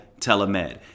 telemed